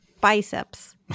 biceps